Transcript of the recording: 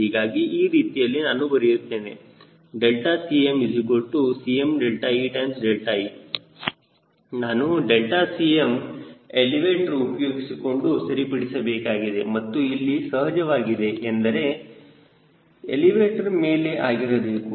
ಹೀಗಾಗಿ ಈ ರೀತಿಯಲ್ಲಿ ನಾನು ಬರೆಯುತ್ತೇನೆ CmCmee ನಾನು ∆𝐶m ಎಲಿವೇಟರ್ ಉಪಯೋಗಿಸಿಕೊಂಡು ಸರಿಪಡಿಸಬೇಕಾಗಿದೆ ಮತ್ತು ಇಲ್ಲಿ ಸಹಜವಾಗಿದೆ ಎಂದರೆ ಎಲಿವೇಟರ್ ಮೇಲೆ ಆಗಿರಬೇಕು